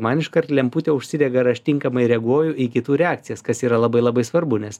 man iškart lemputė užsidega ar aš tinkamai reaguoju į kitų reakcijas kas yra labai labai svarbu nes